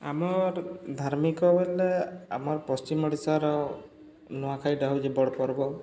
ଆମର୍ ଧାର୍ମିକ ବୋଇଲେ ଆମର ପଶ୍ଚିମ ଓଡ଼ିଶାର ନୂଆଖାଇଟା ହେଉଛି ବଡ଼ ପର୍ବ